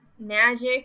magic